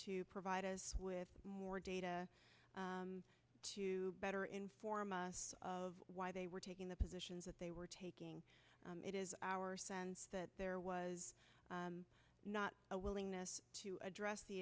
provided with more data to better inform us of why they were taking the positions that they were taking it is our sense that there was not a willingness to address the